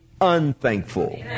unthankful